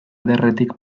ederretik